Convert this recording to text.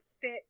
fit